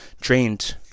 trained